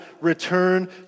return